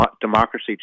democracy